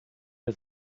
der